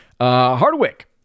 Hardwick